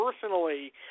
personally